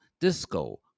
disco